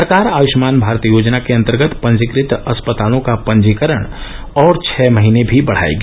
सरकार आयुष्मान भारत योजना के अंतर्गत पंजीकृत अस्पतालों का पंजीकरण और छह महीने भी बढ़ाएगी